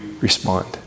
respond